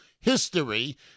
history